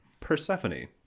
persephone